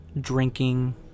Drinking